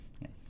Yes